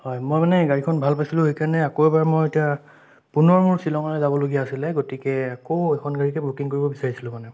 হয় মই মানে গাড়ীখন ভাল পাইছিলোঁ সেই কাৰণে মই আকৌ এবাৰ পুনৰ মোৰ শ্বিলঙলৈ যাবলগীয়া আছিলে গতিকে আকৌ এইখন গাড়ীকে বুকিং কৰিব বিচাৰিছিলোঁ মানে